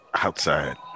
Outside